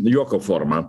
juoko forma